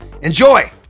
Enjoy